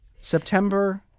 September